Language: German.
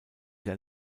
der